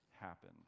happen